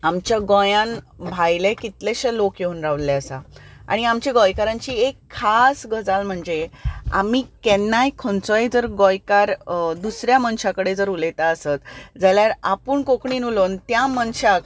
आमच्या गोंयांत भायले कितलेशे लोक येवन राविल्ले आसा आनी आमचे गोंयकारांची एक खास गजाल म्हणचे आमी केन्नाय खंयचोय जर गोंयकार दुसऱ्या मनशा कडेन जर उलयता आसत जाल्यार आपूण कोंकणीन उलोवून त्या मनशाक